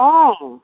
অ